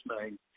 name